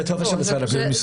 זה טופס של משרד הבריאות.